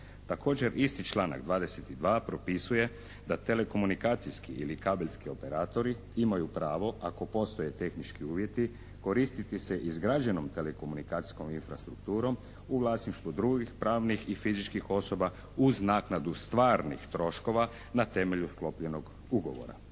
Također isti članak 22. propisuje da telekomunikacijski ili kabelski operateri imaju pravo ako postoje tehnički uvjeti koristiti se izgrađenom telekomunikacijskom infrastrukturom u vlasništvu drugih pravnih i fizičkih osoba uz naknadu stvarnih troškova na temelju sklopljenog ugovora.